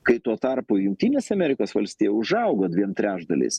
kai tuo tarpu jungtinėse amerikos valstija užaugo dviem trečdaliais